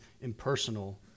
impersonal